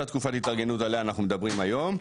תקופת התארגנות עליה אנחנו מדברים היום,